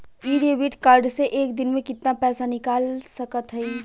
इ debit card से एक दिन मे कितना पैसा निकाल सकत हई?